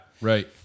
right